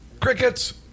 Crickets